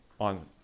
on